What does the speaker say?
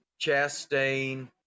Chastain